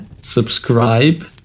subscribe